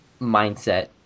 mindset